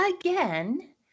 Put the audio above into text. again